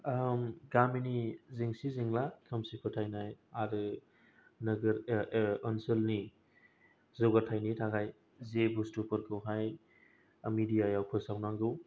ओ गामिनि जेंसि जेंला खोमसि फोथायनाय आरो नोगोर ओनसोलनि जौगाथायनि थाखाय जि बुस्तुफोरखौहाय मेडिया याव फोसावनांगौ